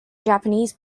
japanese